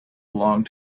belong